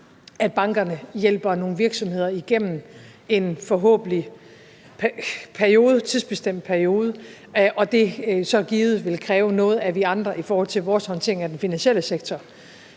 at bankerne hjælper nogle virksomheder igennem en forhåbentlig tidsbestemt periode, og at det så givet vil kræve noget af os andre i forhold til vores håndtering af den finansielle sektor.